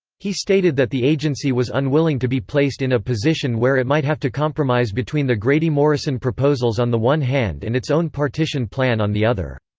he stated that the agency was unwilling to be placed in a position where it might have to compromise between the grady-morrison proposals on the one hand and its own partition plan on the other.